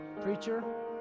Preacher